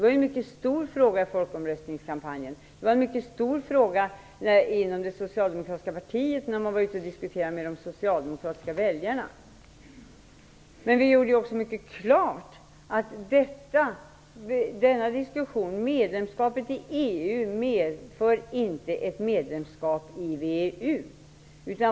Detta var en mycket stor fråga också inom det socialdemokratiska partiet i diskussionerna med de socialdemokratiska väljarna. Vi gjorde då mycket klart att medlemskapet i EU inte medför ett medlemskap i VEU.